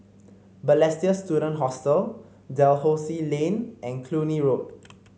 Balestier Student Hostel Dalhousie Lane and Cluny Road